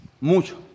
Mucho